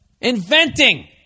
Inventing